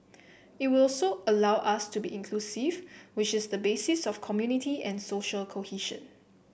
it would also allow us to be inclusive which is the basis of community and social cohesion